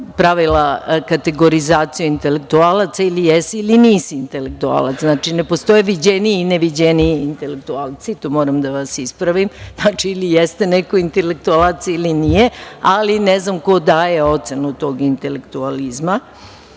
pravila kategorizaciju intelektualaca. Ili jesi ili nisi intelektualac. Znači, ne postoje viđeniji i neviđeniji intelektualci, to moram da vas ispravim. Znači ili jeste neko intelektualac ili nije, ali ne znam ko daje ocenu tog intelektualizma.